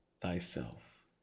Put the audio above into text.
thyself